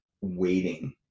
waiting